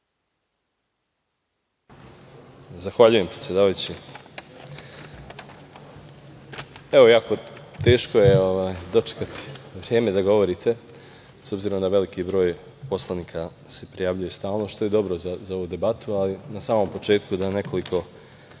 Zahvaljujem, predsedavajući. Jako je teško dočekati vreme da govorite, s obzirom na veliki broj poslanika se prijavljuje stalno, što je dobro za ovu debatu, ali na samom početku da nekoliko